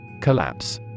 Collapse